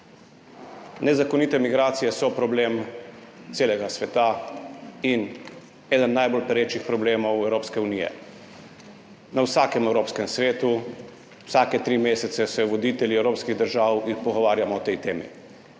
Nezakonite migracije so problem celega sveta in eden najbolj perečih problemov Evropske unije. Na vsakem evropskem svetu se vsake tri mesece voditelji evropskih držav pogovarjamo o tej temi.